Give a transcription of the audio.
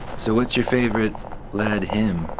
so what's your favorite lad him?